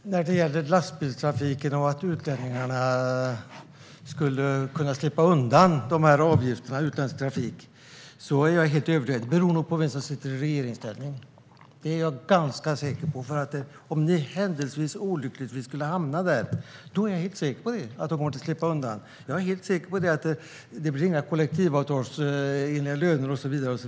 Fru talman! När det gäller lastbilstrafiken och att utländsk trafik skulle slippa undan avgifterna är jag helt övertygad om att det beror på vilka som sitter i regeringsställning. Det är jag helt säker på. Om ni händelsevis och olyckligtvis skulle hamna där, då skulle de slippa undan. Då blir det inga kollektivavtalsenliga löner och så vidare.